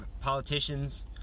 politicians